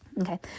Okay